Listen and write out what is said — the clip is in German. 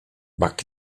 back